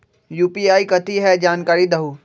UPI कथी है? जानकारी दहु